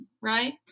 right